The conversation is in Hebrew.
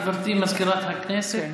גברתי מזכירת הכנסת, בבקשה.